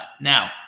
Now